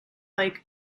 like